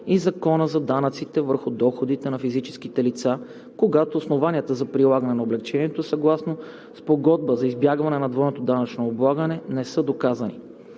и Закона за данъците върху доходите на физическите лица, когато основанията за прилагане на облекчение съгласно спогодба за избягване на двойното данъчно облагане не са доказани.